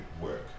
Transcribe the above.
work